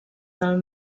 del